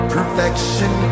Perfection